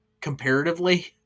comparatively